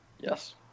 Yes